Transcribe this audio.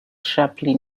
sharply